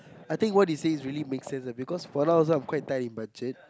I think what he says is really make sense because for now also I'm quite tight in budget